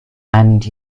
and